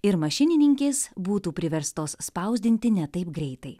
ir mašininkės būtų priverstos spausdinti ne taip greitai